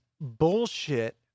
bullshit